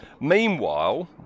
Meanwhile